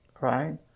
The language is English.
right